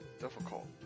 difficult